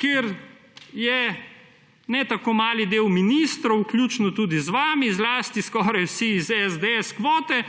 kjer je ne tako majhen del ministrov, vključno z vami, zlasti skoraj vsi iz kvote